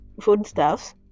foodstuffs